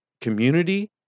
community